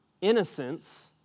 innocence